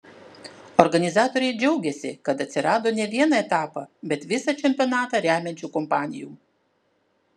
organizatoriai džiaugiasi kad atsirado ne vieną etapą bet visą čempionatą remiančių kompanijų